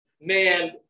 man